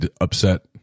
upset